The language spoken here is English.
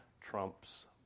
Trump's